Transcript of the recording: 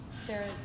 Sarah